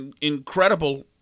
incredible